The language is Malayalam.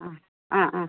ആ ആ ആ